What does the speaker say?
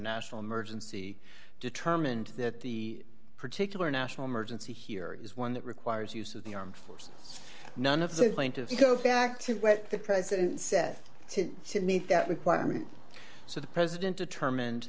national emergency determined that the particular national emergency here is one that requires use of the armed force none of the plaintiffs go back to what the president said to to meet that requirement so the president determined